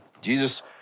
Jesus